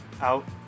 out